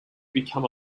become